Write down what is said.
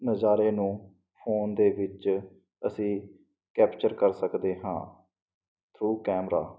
ਨਜ਼ਾਰੇ ਨੂੰ ਫੋਨ ਦੇ ਵਿੱਚ ਅਸੀਂ ਕੈਪਚਰ ਕਰ ਸਕਦੇ ਹਾਂ ਥਰੂ ਕੈਮਰਾ